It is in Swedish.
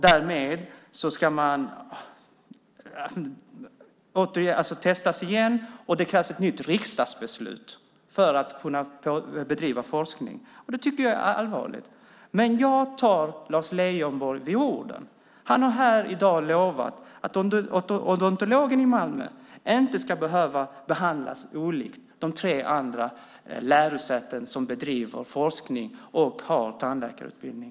Därigenom måste man testas igen, och det krävs ett nytt riksdagsbeslut för att kunna bedriva forskning. Det tycker jag är allvarligt. Men jag tar Lars Leijonborg på orden. Han har här i dag lovat att odontologen i Malmö inte ska behöva behandlas olikt de tre andra lärosäten som bedriver forskning och har tandläkarutbildning.